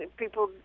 people